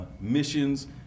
missions